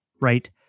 right